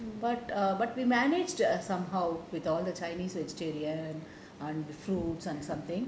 but err but we managed somehow with all the chinese vegetarian and the fruits and something